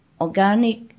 organic